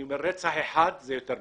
אני אומר שרצח אחד הוא יותר מדי.